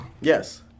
Yes